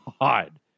god